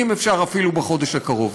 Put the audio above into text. אם אפשר אפילו בחודש הקרוב.